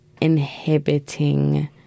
Inhibiting